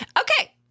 okay